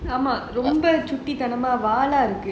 ஆமா ரொம்ப சுட்டி தனமா வாளா இருக்கு:aamaa romba sutti thanamaa vaalaa iruku